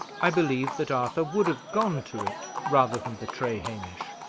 i believe that arthur would have gone to it, rather than betray hamish.